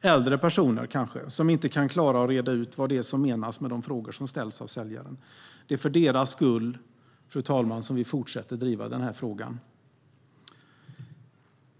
Det är kanske äldre personer som inte kan klara att reda ut vad som menas med de frågor som ställs av säljaren. Det är för deras skull, fru talman, som vi fortsätter att driva frågan.